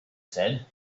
said